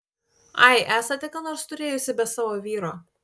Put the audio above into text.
ai esate ką nors turėjusi be savo vyro